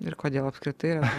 ir kodėl apskritai yra